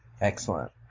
Excellent